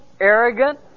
arrogant